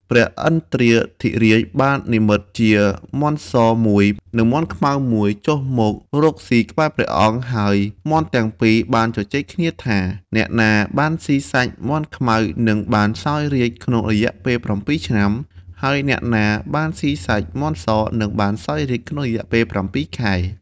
ព្រះឥន្ទ្រាធិរាជបាននិម្មិតជាមាន់សមួយ និងមាន់ខ្មៅមួយ ចុះមករកស៊ីក្បែរព្រះអង្គ ហើយមាន់ទាំងពីរបានជជែកគ្នាថា អ្នកណាបានស៊ីសាច់មាន់ខ្មៅនឹងបានសោយរាជ្យក្នុងរយៈពេល ៧ ឆ្នាំ ហើយអ្នកណាបានស៊ីសាច់មាន់សនឹងបានសោយរាជ្យក្នុងរយៈពេល ៧ ខែ។